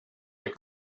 être